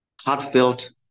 heartfelt